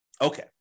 Okay